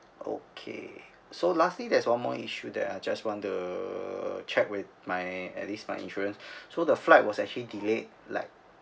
okay so lastly there's one more issue that I just want to check with my at least my insurance so the flight was actually delayed like